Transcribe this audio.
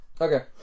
Okay